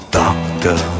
doctor